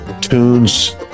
tunes